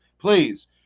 please